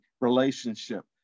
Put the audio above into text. relationship